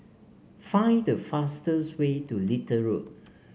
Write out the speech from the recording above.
find the fastest way to Little Road